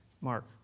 Mark